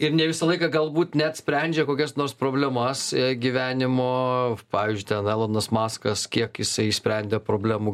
ir ne visą laiką galbūt net sprendžia kokias nors problemas gyvenimo pavyzdžiui ten elonas maskas kiek jisai išsprendė problemų